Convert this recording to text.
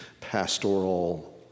pastoral